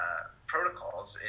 Protocols